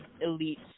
elite